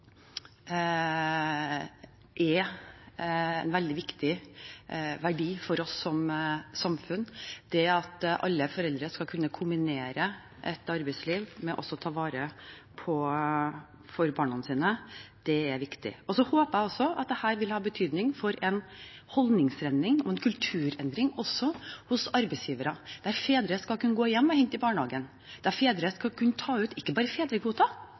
er en veldig viktig verdi for oss som samfunn. Det at alle foreldre skal kunne kombinere et arbeidsliv med å ta vare på barna sine, er viktig. Så håper jeg at dette vil ha betydning for en holdningsendring og også en kulturendring hos arbeidsgivere, der fedre skal kunne gå hjem for å hente i barnehagen, der fedre skal kunne ta ut ikke bare fedrekvoten,